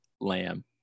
Lamb